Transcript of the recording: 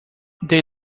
they